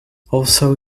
also